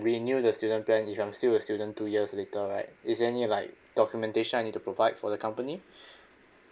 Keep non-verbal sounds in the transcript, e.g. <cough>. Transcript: renew the student plan if I'm still a student two years later right is there any like documentation I need to provide for the company <breath>